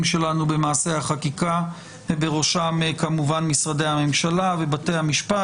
שלנו במעשה החקיקה ובראשם כמובן משרדי הממשלה ובתי המשפט.